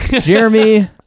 Jeremy